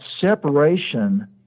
separation